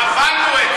הבנו.